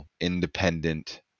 independent